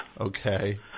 Okay